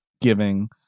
giving